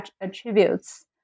attributes